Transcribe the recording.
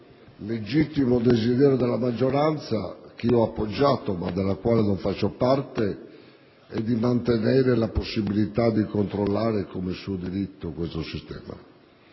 dal legittimo desiderio della maggioranza - che io ho appoggiato, ma della quale non faccio parte - di mantenere la possibilità di controllare, com'è suo diritto, questo sistema.